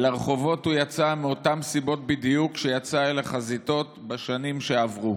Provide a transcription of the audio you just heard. לרחובות הוא יצא בדיוק מאותן סיבות שיצא אל החזיתות בשנים שעברו,